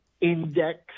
index